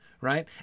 right